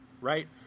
right